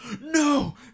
no